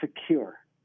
secure